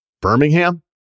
Birmingham